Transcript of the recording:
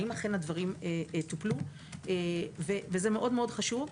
האם אכן הדברים טופלו - זה מאוד מאוד חשוב.